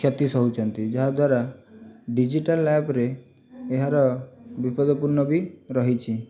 କ୍ଷତି ସହୁଛନ୍ତି ଯାହାଦ୍ୱାରା ଡିଜିଟାଲ ଆପ୍ରେ ଏହାର ବିପଦପୂର୍ଣ୍ଣ ବି ରହିଛି